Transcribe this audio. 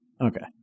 okay